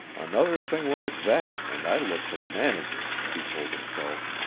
another thing like that, and i look for the manager, he told himself.